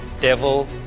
devil